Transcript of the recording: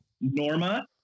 Norma